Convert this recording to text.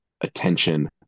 attention